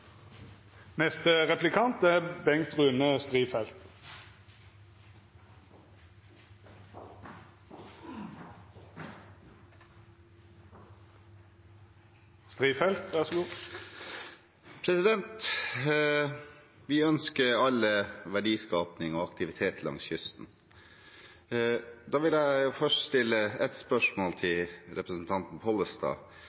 Vi ønsker alle verdiskaping og aktivitet langs kysten. Jeg vil først stille et spørsmål